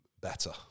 better